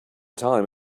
time